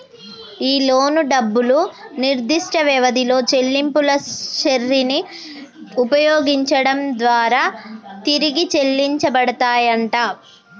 ఈ లోను డబ్బులు నిర్దిష్ట వ్యవధిలో చెల్లింపుల శ్రెరిని ఉపయోగించడం దారా తిరిగి చెల్లించబడతాయంట